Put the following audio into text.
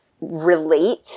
relate